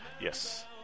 Yes